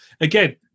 Again